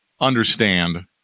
understand